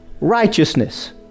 righteousness